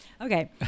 Okay